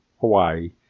Hawaii